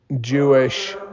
Jewish